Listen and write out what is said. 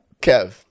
Kev